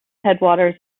headwaters